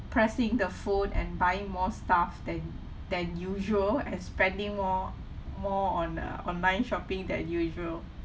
pressing the phone and buying more stuff than than usual and spending more more on uh online shopping than usual